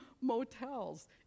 motels